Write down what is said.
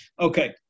okay